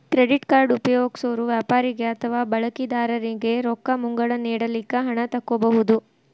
credit card ಉಪಯೊಗ್ಸೊರು ವ್ಯಾಪಾರಿಗೆ ಅಥವಾ ಬಳಕಿದಾರನಿಗೆ ರೊಕ್ಕ ಮುಂಗಡ ನೇಡಲಿಕ್ಕೆ ಹಣ ತಕ್ಕೊಬಹುದು